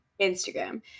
Instagram